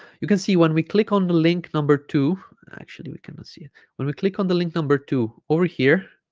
you can see when we click on the link number two actually we cannot see it when we click on the link number two over here